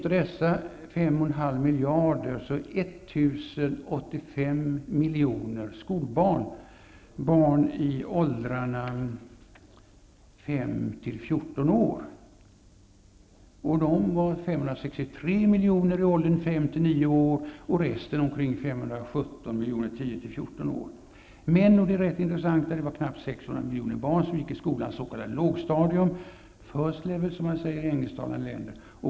Av dessa 5 1/2 miljarder är 1 085 miljoner skolbarn, barn i åldrarna 5--14 år. Av dem är 563 miljoner i åldern 5--9 år och resterande omkring 517 miljoner i åldrarna 10--14 år. Det är knappt 600 miljoner barn som går i skolans s.k. lågstadium -- first level, som man säger i engelsktalande länder.